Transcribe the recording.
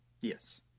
Yes